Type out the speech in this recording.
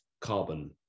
carbon